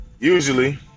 Usually